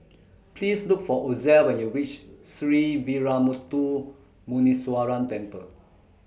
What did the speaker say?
Please Look For Ozell when YOU REACH Sree Veeramuthu Muneeswaran Temple